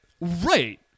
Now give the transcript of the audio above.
right